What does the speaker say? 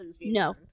No